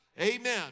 Amen